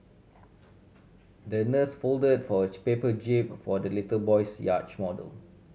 the nurse fold for a paper jib for the little boy's yacht model